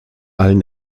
allen